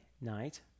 night